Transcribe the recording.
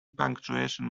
punctuation